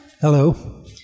Hello